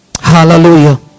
Hallelujah